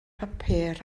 papur